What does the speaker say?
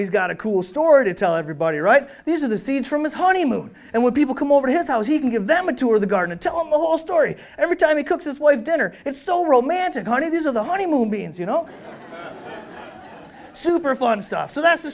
he's got a cool story to tell everybody right these are the seeds from his honeymoon and when people come over to his house he can give them a tour of the garden and to almost every every time he cooks his wife dinner it's so romantic honey these are the honeymoon beans you know super fun stuff so that's the